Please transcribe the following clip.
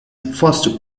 first